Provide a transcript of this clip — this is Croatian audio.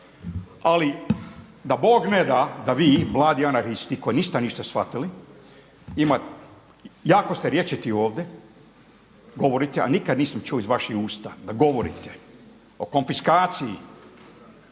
Ali da Bog ne da da vi mladi anarhisti koji ništa niste shvatili jako ste rječiti ovdje govorite, a nikad nisam čuo iz vaših usta da govorite o konfinaciji